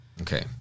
Okay